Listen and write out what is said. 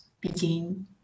begin